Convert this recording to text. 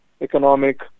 economic